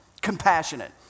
compassionate